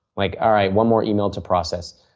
like alright one more email to process.